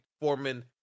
Foreman